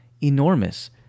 enormous